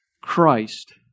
Christ